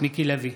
מיקי לוי,